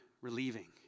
relieving